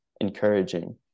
encouraging